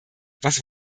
was